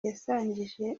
yasangije